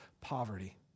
poverty